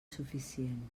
suficient